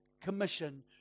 commission